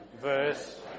verse